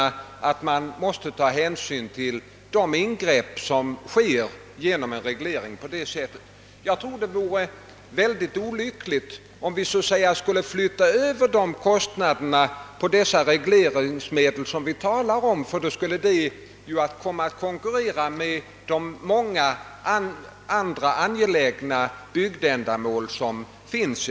Det är sålunda nödvändigt att redan vid handläggningen hos dessa ta hänsyn till de ingrepp som äger rum genom. en reglering. Jag tror det vore mycket olyckligt om vi så att säga skulle flytta över dessa kostnader på de regleringsmedel som vi talar om, ty då skulle det komma att konkurrera med många andra angelägna bygdeändamål.